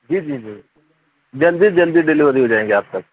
جی جی جی جلدی سے جلدی ڈلیوری ہو جائے گی آپ تک